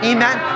Amen